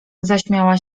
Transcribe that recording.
zaśmiała